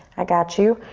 i got you,